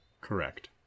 Correct